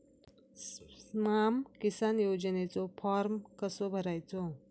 स्माम किसान योजनेचो फॉर्म कसो भरायचो?